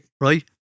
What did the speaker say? right